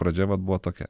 pradžia vat buvo tokia